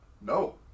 No